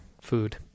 food